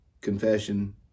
confession